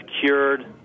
cured